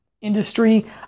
industry